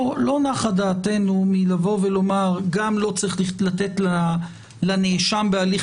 לא נחה דעתנו לבוא ולומר שגם לא צריך לתת לנאשם בהליך